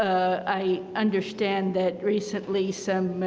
i understand that recently, some